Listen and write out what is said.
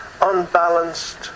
unbalanced